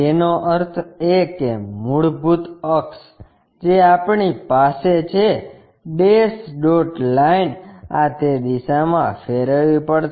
તેનો અર્થ એ કે મૂળભૂત અક્ષ જે આપણી પાસે છે ડેશ ડોટ લાઇન આ તે દિશામાં ફેરવવી પડશે